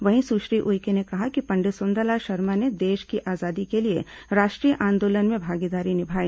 वहीं सुश्री उइके ने कहा कि पंडित सुंदरलाल शर्मा ने देश की आजादी के लिए राष्ट्रीय आंदोलन में भागीदारी निभाई